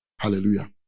Hallelujah